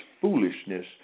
foolishness